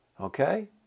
Okay